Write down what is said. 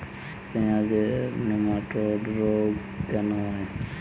পেঁয়াজের নেমাটোড রোগ কেন হয়?